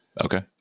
Okay